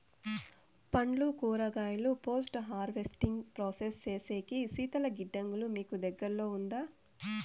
పండ్లు కూరగాయలు post harvesting process సేసేకి శీతల గిడ్డంగులు మీకు దగ్గర్లో ఉందా?